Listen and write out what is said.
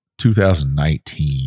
2019